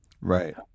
Right